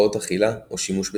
הפרעות אכילה, או שימוש בסמים.